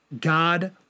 God